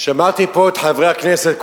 שמעתי פה את חברי הכנסת,